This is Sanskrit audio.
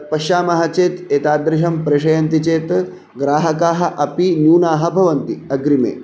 पश्यामः चेत् एतादृशं प्रेषयन्ति चेत् ग्राहकाः अपि न्यूनाः भवन्ति अग्रिमे